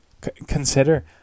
Consider